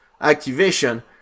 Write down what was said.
activation